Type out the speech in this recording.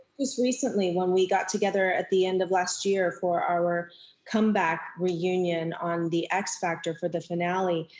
just recently, when we got together at the end of last year for our comeback reunion on the x factor for the finale.